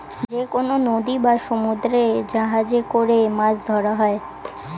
যেকনো নদী বা সমুদ্রে জাহাজে করে মাছ ধরা হয়